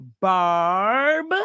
Barb